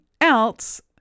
else